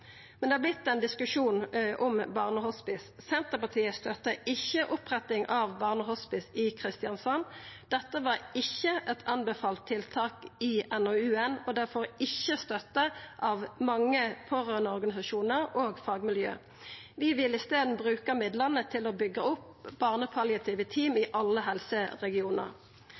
Men det har vorte ein diskusjon om barnehospice. Senterpartiet støttar ikkje oppretting av barnehospice i Kristiansand. Dette var ikkje eit anbefalt tiltak i NOU-en, og det får ikkje støtte av mange pårørandeorganisasjonar og fagmiljø. Vi vil i staden bruka midlane til å byggja opp barnepalliative team i alle helseregionar.